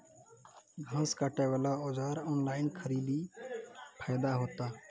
घास काटे बला औजार ऑनलाइन खरीदी फायदा होता?